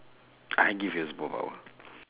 I give you a superpower